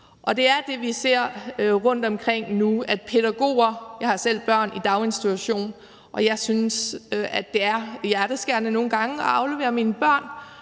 det er det, vi nu ser rundtomkring med pædagogerne. Jeg har selv børn i en daginstitution, og jeg synes, at det nogle gange er hjerteskærende at aflevere mine børn